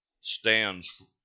stands